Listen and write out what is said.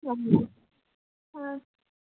okay